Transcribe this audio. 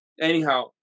Anyhow